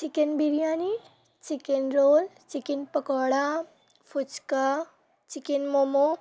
chicken biryani chicken roll chicken pakora phuchka chicken momo